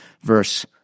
verse